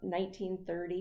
1930